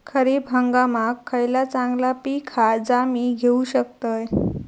खरीप हंगामाक खयला चांगला पीक हा जा मी घेऊ शकतय?